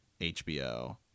HBO